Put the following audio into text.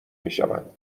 میشوند